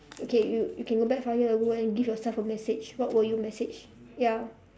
okay you you can go back five years ago and give yourself a message what would you message ya